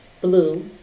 blue